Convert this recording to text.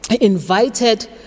invited